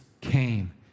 came